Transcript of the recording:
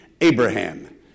Abraham